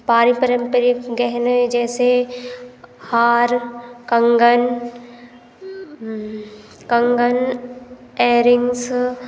पारंपरिक गहने जैसे हार कंगन कंगन एयररिंग्स